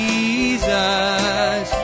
Jesus